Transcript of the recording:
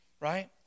right